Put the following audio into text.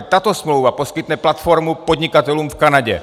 Tato smlouva poskytne platformu podnikatelům v Kanadě.